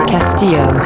Castillo